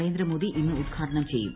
നരേന്ദ്രമോദി ഇന്ന് ഉദ്ഘാടനം ചെയ്യും